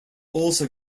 also